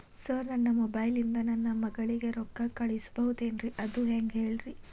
sir ನನ್ನ mobile ಇಂದ ನನ್ನ ಮಗಳಿಗೆ ರೊಕ್ಕಾ ಕಳಿಸಬಹುದೇನ್ರಿ ಅದು ಹೆಂಗ್ ಹೇಳ್ರಿ